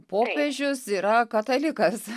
popiežius yra katalikas